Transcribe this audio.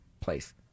place